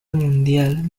mundial